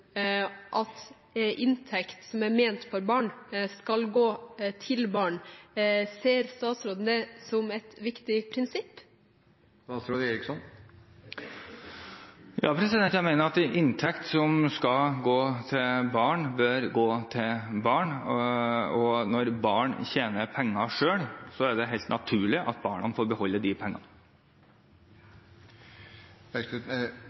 det som et viktig prinsipp? Ja, jeg mener at inntekt som skal gå til barn, bør gå til barn. Og når barn tjener penger selv, er det helt naturlig at barna får beholde de